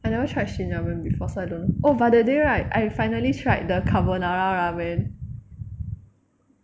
I never tried Shin ramen before so I don't know but oh that day right I finally tried the carbonara ramen